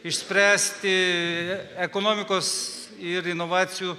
išspręsti ekonomikos ir inovacijų